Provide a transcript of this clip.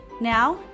Now